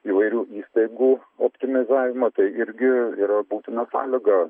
įvairių įstaigų optimizavimą tai irgi yra būtina sąlyga